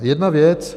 Jedna věc.